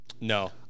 No